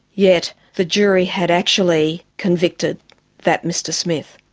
yet the jury had actually convicted that mr smith.